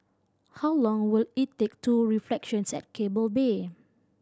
how long will it take to Reflections at Keppel Bay